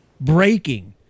Breaking